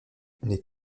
les